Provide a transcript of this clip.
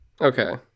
Okay